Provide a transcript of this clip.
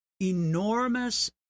enormous